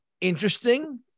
interesting